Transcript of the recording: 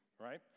right